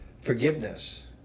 forgiveness